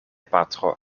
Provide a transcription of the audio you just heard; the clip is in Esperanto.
patro